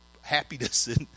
happiness